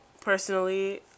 personally